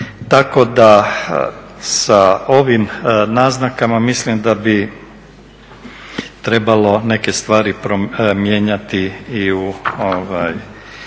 Tako da sa ovim naznakama mislim da bi trebalo neke stvari mijenjati i